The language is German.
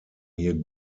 hier